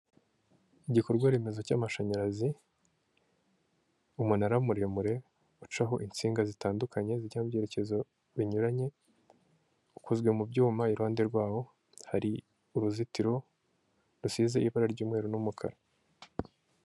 Ni akazu ka emutiyene k'umuhondo, kariho ibyapa byinshi mu bijyanye na serivisi zose za emutiyene, mo imbere harimo umukobwa, ubona ko ari kuganira n'umugabo uje kumwaka serivisi.